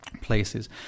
places